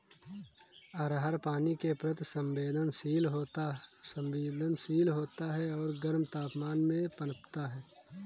अरहर पानी के प्रति संवेदनशील होता है और गर्म तापमान में पनपता है